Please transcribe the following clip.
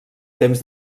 temps